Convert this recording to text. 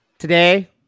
Today